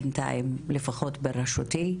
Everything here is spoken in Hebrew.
בינתיים, לפחות בראשותי,